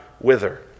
wither